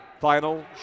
final